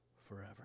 forever